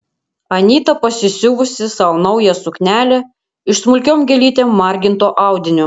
anyta pasisiuvusi sau naują suknelę iš smulkiom gėlytėm marginto audinio